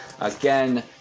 Again